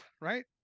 right